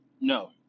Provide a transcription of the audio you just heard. No